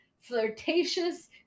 flirtatious